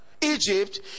Egypt